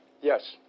Yes